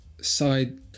Side